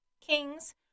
Kings